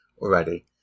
already